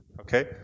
Okay